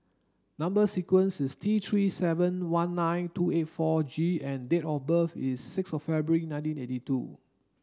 number sequence is T three seven one nine two eight four G and date of birth is six of February nineteen eighty two